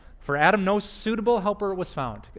for adam, no suitable helper was found.